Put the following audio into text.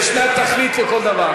יש תכלית לכל דבר,